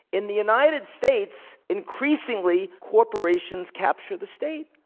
in the united states, increasingly, corporations capture the state.